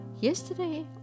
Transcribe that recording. Yesterday